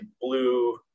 blue